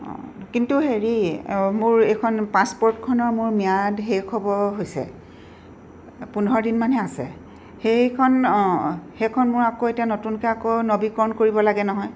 অঁ কিন্তু হেৰি মোৰ এইখন পাছপৰ্টখনৰ মোৰ ম্যাদ শেষ হ'ব হৈছে পোন্ধৰ দিনমানহে আছে সেইখন অঁ সেইখন মোৰ আকৌ এতিয়া নতুনকৈ আকৌ নৱীকৰণ কৰিব লাগে নহয়